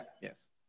Yes